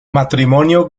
matrimonio